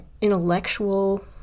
intellectual